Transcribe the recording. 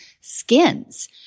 skins